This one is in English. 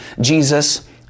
Jesus